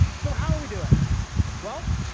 so how are we doing? well,